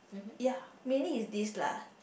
ya meaning is this lah